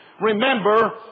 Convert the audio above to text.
Remember